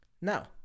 Now